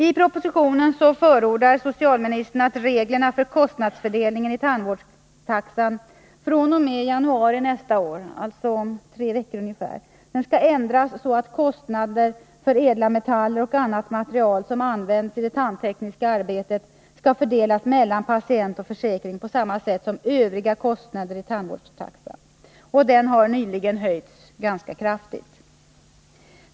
I propositionen förordar socialministern en ändring av reglerna för kostnadsfördelningen i tandvårdstaxan fr.o.m. januari nästa år, alltså om ungefär tre veckor, så att kostnaderna för ädla metaller och annat material som används i det tandtekniska arbetet skall fördelas mellan patienten och försäkringen på samma sätt som övriga kostnader i tandvårdstaxan. Och den har nyligen höjts ganska kraftigt.